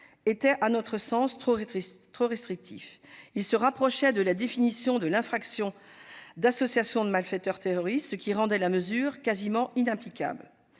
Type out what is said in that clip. était à notre sens trop restrictif : il se rapprochait de la définition de l'infraction d'association de malfaiteurs terroriste, ce qui rendait la mesure quasiment inapplicable.